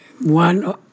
one